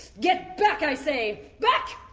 get back, i say! back!